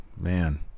man